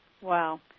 Wow